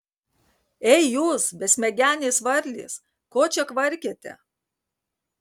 ei jūs besmegenės varlės ko čia kvarkiate